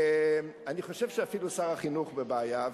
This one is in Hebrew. אני חושב שאפילו שר החינוך בבעיה.